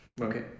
okay